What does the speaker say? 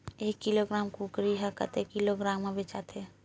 एक किलोग्राम कुकरी ह कतेक किलोग्राम म बेचाथे?